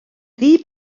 ddi